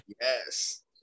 yes